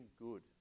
good